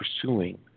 pursuing